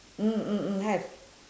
mm mm mm have